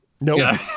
Nope